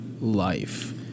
life